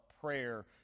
prayer